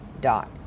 dot